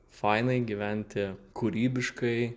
fainai gyventi kūrybiškai